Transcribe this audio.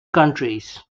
countries